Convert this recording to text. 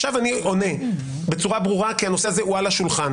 עכשיו אני עונה בצורה ברורה כי הנושא הזה הוא על השולחן.